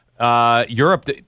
Europe